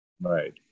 right